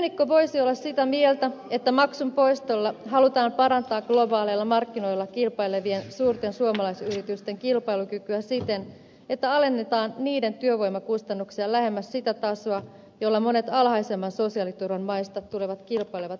kyynikko voisi olla sitä mieltä että maksun poistolla halutaan parantaa globaaleilla markkinoilla kilpailevien suurten suomalaisyritysten kilpailukykyä siten että alennetaan niiden työvoimakustannuksia lähemmäs sitä tasoa jolla monet alhaisemman sosiaaliturvan maista tulevat kilpailevat yritykset ovat